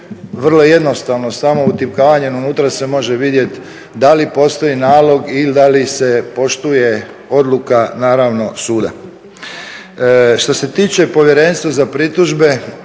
Vrlo jednostavno samo utipkavanjem unutra se može vidjeti da li postoji nalog i da li se poštuje odluka naravno suda. Što se tiče Povjerenstva za pritužbe